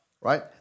right